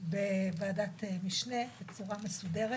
בוועדת משנה בצורה מסודרת,